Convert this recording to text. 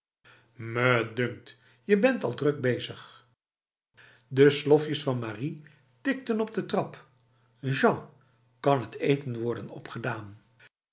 me dunkt je bent al druk bezig de slofjes van marie tikten op de trap jean kan het eten worden opgedaan